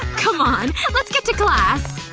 come on. let's get to class